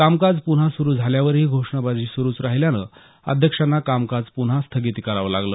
कामकाज पुन्हा सुरू झाल्यावरही घोषणाबाजी सुरूच राहिल्यानं अध्यक्षांना कामकाज पुन्हा स्थगित करावं लागलं